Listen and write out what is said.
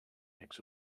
eggs